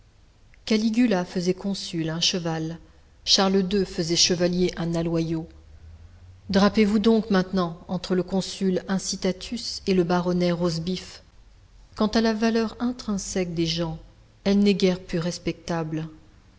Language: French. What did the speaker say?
caligula faisait consul un cheval charles ii faisait chevalier un aloyau drapez vous donc maintenant entre le consul incitatus et le baronnet roastbeef quant à la valeur intrinsèque des gens elle n'est guère plus respectable